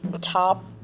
top